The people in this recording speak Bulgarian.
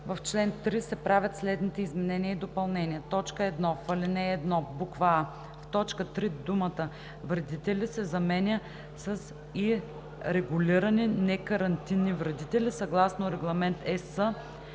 В чл. 3 се правят следните изменения и допълнения: 1. В ал. 1: а) в т. 3 думата „вредители“ се заменя с „и регулирани некарантинни вредители, съгласно Регламент (EС)